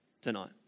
tonight